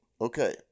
okay